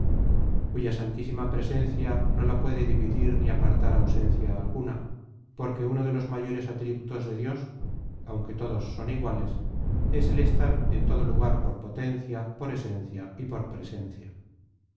cuya santísima presencia no la puede dividir ni apartar ausencia alguna porque uno de los mayores atributos de dios aunque todos son iguales es el estar en todo lugar por potencia por esencia y por presencia